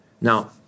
Now